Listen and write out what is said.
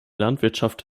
landwirtschaft